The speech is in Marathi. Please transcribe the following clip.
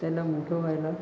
त्याला मोठं व्हायला